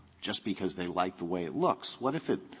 just because they like the way it looks. what if it,